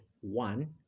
one